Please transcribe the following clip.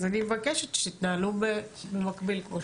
אני מבקשת שתתנהלו כאן במקביל.